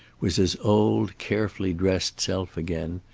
was his old, carefully dressed self again,